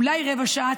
אולי רבע שעה,